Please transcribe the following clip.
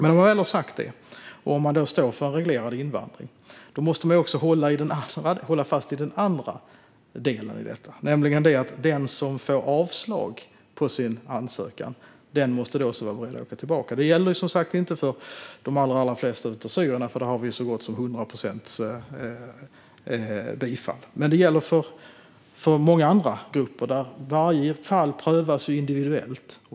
När man väl har sagt detta och om man står för en reglerad invandring måste man också hålla fast vid den andra delen i detta, nämligen att den som får avslag på sin ansökan måste vara beredd att åka tillbaka. Detta gäller som sagt inte för de flesta syrier, för där har vi så gott som 100 procent bifall. Men det gäller för många andra grupper, där varje fall prövas individuellt.